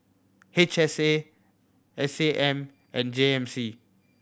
H S A S A M and J M C